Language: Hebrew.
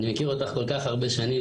אני מכיר אותך כל כך הרבה שנים,